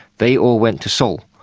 they all went to seoul,